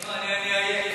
לא, אני עייף.